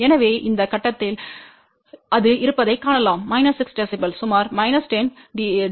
எனவே இந்த கட்டத்தில் அது இருப்பதைக் காணலாம் 6 dB சுமார் 10 டி